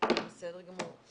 בסדר גמור.